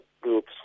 groups